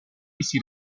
essi